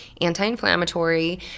anti-inflammatory